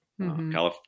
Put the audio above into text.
California